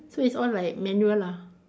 so it's all like manual lah